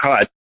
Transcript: cut